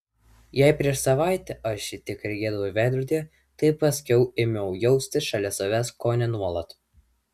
jei prieš savaitę aš jį tik regėdavau veidrodyje tai paskiau ėmiau jausti šalia savęs kone nuolat